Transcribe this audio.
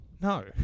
No